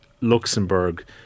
Luxembourg